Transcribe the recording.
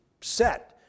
set